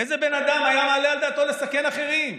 איזה בן אדם היה מעלה על דעתו לסכן אחרים?